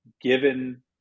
given